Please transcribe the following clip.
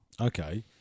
okay